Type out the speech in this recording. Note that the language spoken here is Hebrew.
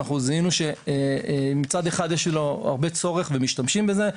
אנחנו זיהנו שמצד אחד יש הרבה צורך ומשתמשים בזה,